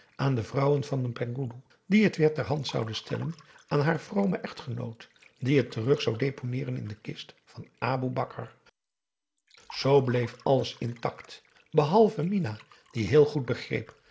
aan de vrouwen van den penghoeloe die het weer ter hand zouden stellen aan haar vromen echtgenoot die het terug zou deponeeren in de kist van boe akar eel bleef alles intact behalve minah die heel goed begreep